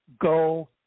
Go